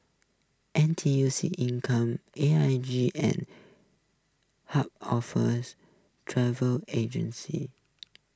N T U C income A I G and Chubb offers travel agency